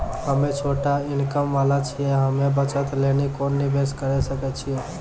हम्मय छोटा इनकम वाला छियै, हम्मय बचत लेली कोंन निवेश करें सकय छियै?